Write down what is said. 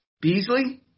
beasley